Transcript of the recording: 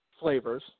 flavors